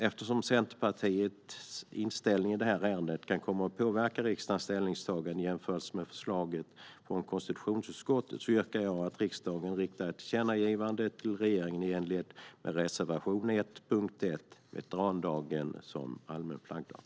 Eftersom Centerpartiets inställning i detta ärende kan komma att påverka riksdagens ställningstagande i jämförelse med förslaget från konstitutionsutskottet yrkar jag att riksdagen riktar ett tillkännagivande till regeringen i enlighet med reservation 1 under punkt 1 Veterandagen som allmän flaggdag.